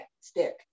stick